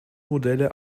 modelle